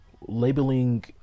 labeling